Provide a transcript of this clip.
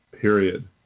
Period